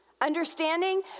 Understanding